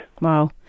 Wow